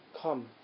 Come